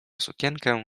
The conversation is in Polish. sukienkę